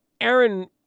Aaron